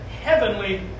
heavenly